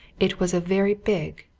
it was a very big,